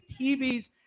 tvs